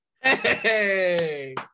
Hey